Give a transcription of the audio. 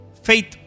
Faith